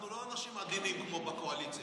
אנחנו לא אנשים עדינים כמו בקואליציה.